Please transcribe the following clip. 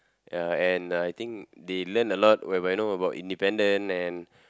ya and uh I think they learn a lot whereby know about independent and